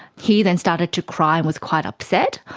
he then started to cry and was quite upset.